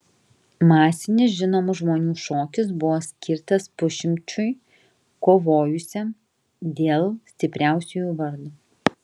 masinis žinomų žmonių šokis buvo skirtas pusšimčiui kovojusiam dėl stipriausiųjų vardo